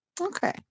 Okay